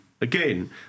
again